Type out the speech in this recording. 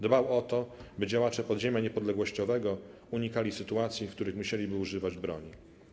Dbał o to, by działacze podziemia niepodległościowego unikali sytuacji, w których musieliby używać broni.